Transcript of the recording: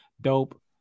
Dope